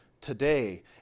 today